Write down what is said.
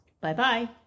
Bye-bye